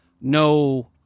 no